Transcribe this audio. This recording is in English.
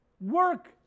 work